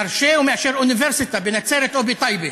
מרשה או מאשר אוניברסיטה בנצרת או בטייבה,